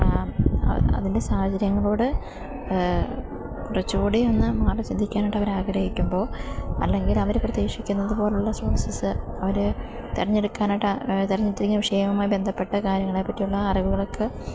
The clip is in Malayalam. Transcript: അതിൻ്റെ സാഹചര്യങ്ങളോട് കുറച്ച് കൂടി ഒന്ന് മാറി ചിന്തിക്കാനായിട്ട് അവരാഗ്രഹിക്കുമ്പോൾ അല്ലെങ്കിൽ അവർ പ്രതീക്ഷിക്കുന്നതു പോലെയുള്ള സോഴ്സസ് അവർ തിരഞ്ഞെടുക്കാനായിട്ട് തിരഞ്ഞിട്ടിരിക്കുന്ന വിഷയവുമായി ബന്ധപ്പെട്ട കാര്യങ്ങളെ പറ്റിയുള്ള അറിവുകൾക്ക്